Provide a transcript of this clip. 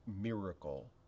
miracle